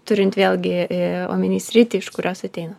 turint vėlgi į omeny sritį iš kurios ateina